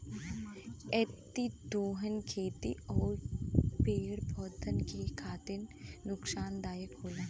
अतिदोहन खेती आउर पेड़ पौधन के खातिर नुकसानदायक होला